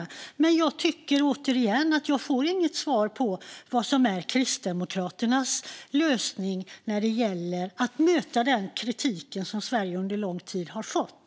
Men återigen: Jag tycker inte att jag får något svar om vad som är Kristdemokraternas lösning när det gäller att möta den kritik som Sverige under lång tid har fått.